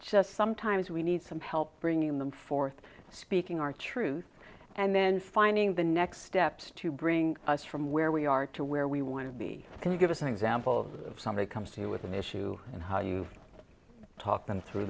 just sometimes we need some help bringing them forth speaking our truth and then finding the next steps to bring us from where we are to where we want to be can you give us some examples of somebody comes to you with an issue and how you talk them through